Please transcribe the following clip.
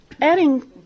Adding